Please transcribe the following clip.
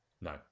no